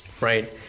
Right